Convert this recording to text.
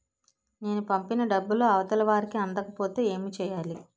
నేను పంపిన డబ్బులు అవతల వారికి అందకపోతే ఏంటి చెయ్యాలి?